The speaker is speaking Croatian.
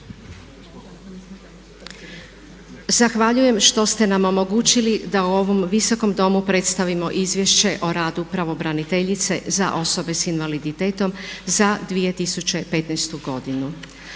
Zahvaljujem što ste nam omogućili da ovom Visokom domu predstavimo Izvješće o radu pravobraniteljice za osobe sa invaliditetom za 2015. godinu.